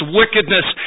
wickedness